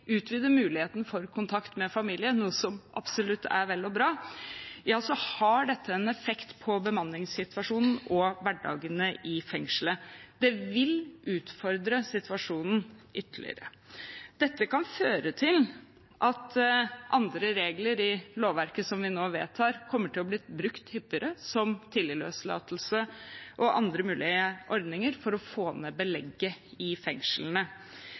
muligheten for kontakt med familie – noe som absolutt er vel og bra – har dette en effekt på bemanningssituasjonen og hverdagene i fengslet. Det vil utfordre situasjonen ytterligere. Dette kan føre til at andre regler i lovverket som vi nå vedtar, kommer til å bli brukt hyppigere, som tidligløslatelse og andre mulige ordninger for å få ned belegget i fengslene.